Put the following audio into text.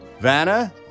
vanna